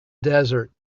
desert